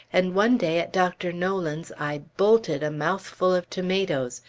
and one day at dr. nolan's i bolted a mouthful of tomatoes,